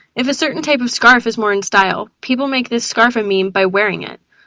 if a certain type of scarf is more in style, people make this scarf a meme by wearing it.